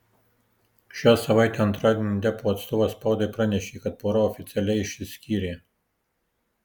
šią savaitę antradienį deppo atstovas spaudai pranešė kad pora oficialiai išsiskyrė